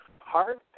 heart